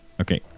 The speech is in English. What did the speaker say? Okay